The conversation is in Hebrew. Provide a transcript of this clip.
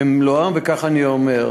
אלה הדברים במלואם, וככה אני אומר.